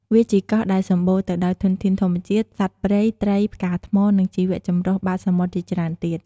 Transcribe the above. វាជាកោះដែលសម្បូរទៅដោយធនធានធម្មជាតិ សត្វព្រៃ ត្រី ផ្កាថ្ម និងជីវៈចម្រុះបាតសមុទ្រជាច្រើនទៀត។